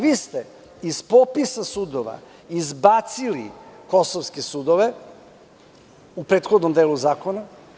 Vi ste iz popisa sudova izbacili kosovske sudove u prethodnom delu zakona.